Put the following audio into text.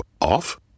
off